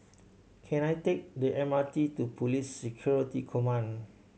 can I take the M R T to Police Security Command